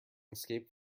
escaped